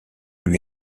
lui